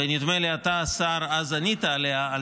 ונדמה לי שאתה, השר, ענית עליה אז.